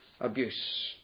abuse